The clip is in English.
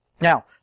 Now